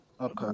Okay